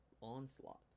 onslaught